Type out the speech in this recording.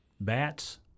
Bats